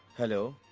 hello!